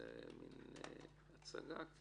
זאת מין הצגה.